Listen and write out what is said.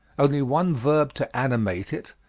only one verb to animate it,